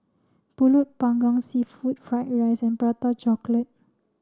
Pulut panggang seafood fried rice and prata chocolate